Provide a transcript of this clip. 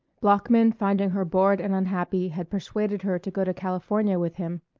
bloeckman finding her bored and unhappy had persuaded her to go to california with him.